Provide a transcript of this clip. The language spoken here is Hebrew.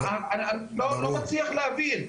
אני לא מצליח להבין.